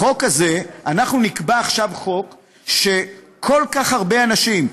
אנחנו נקבע עכשיו חוק וכל כך הרבה אנשים,